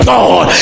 God